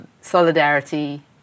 Solidarity